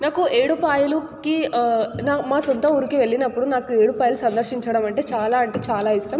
నాకు ఏడుపాయలుకి నా మా సొంత ఊరికి వెళ్ళినప్పుడు నాకు ఏడుపాయలు సందర్శించడం అంటే చాలా అంటే చాలా ఇష్టం